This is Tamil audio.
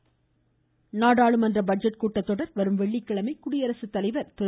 பட்ஜெட் கூட்டத்தொடர் நாடாளுமன்ற பட்ஜெட் கூட்டத்தொடர் வரும் வெள்ளிக்கிழமை குடியரசு தலைவர் திரு